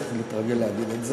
אני צריך להתרגל להגיד את זה,